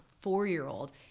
four-year-old